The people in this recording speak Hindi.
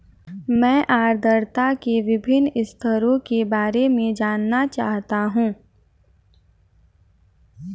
मैं आर्द्रता के विभिन्न स्तरों के बारे में जानना चाहता हूं